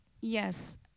yes